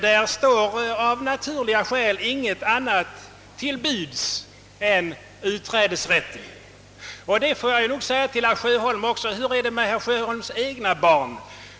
Där står av naturliga skäl inget annat till buds än utträdesrätten. Jag vill fråga: Hur är det med herr Sjöholms egna barn?